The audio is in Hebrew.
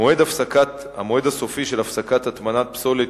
אך טרם התקבלה החלטה.